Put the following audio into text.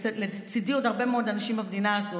ולצידי לעוד הרבה מאוד אנשים במדינה הזו